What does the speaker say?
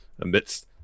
amidst